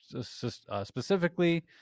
specifically